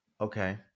Okay